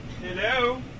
Hello